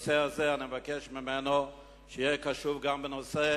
בנושא הזה, אני מבקש ממנו שיהיה קשוב גם בנושא